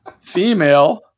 female